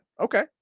Okay